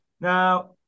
Now